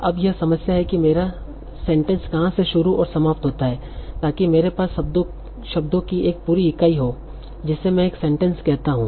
अब यह समस्या है कि मेरा सेंटेंस कहाँ से शुरू और समाप्त होता है ताकि मेरे पास शब्दों की एक पूरी इकाई हो जिसे मैं एक सेंटेंस कहता हूं